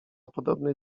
podobnej